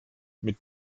mit